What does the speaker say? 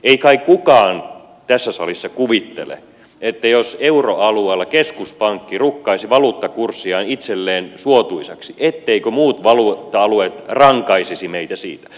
ei kai kukaan tässä salissa kuvittele että jos euroalueella keskuspankki rukkaisi valuuttakurssiaan itselleen suotuisaksi etteivätkö muut valuutta alueet rankaisisi meitä siitä